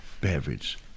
beverage